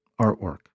artwork